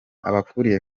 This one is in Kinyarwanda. abakuriye